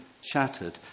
shattered